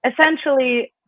essentially